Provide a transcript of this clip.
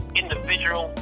individual